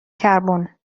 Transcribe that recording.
کربن